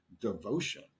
devotion